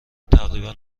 تقریبا